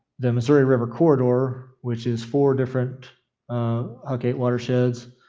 the missouri river corridor, which is four different huc eight watersheds,